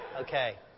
Okay